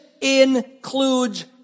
includes